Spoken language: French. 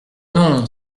non